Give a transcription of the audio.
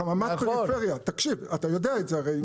חממה פריפריה אתה יודע את זה הרי,